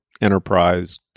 enterprise